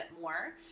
more